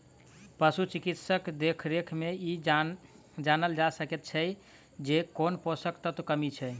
पशु चिकित्सकक देखरेख मे ई जानल जा सकैत छै जे कोन पोषण तत्वक कमी छै